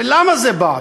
למה זה בא?